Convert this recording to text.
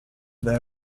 they